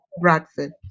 Bradford